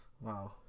Wow